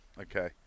okay